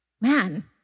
man